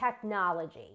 technology